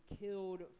killed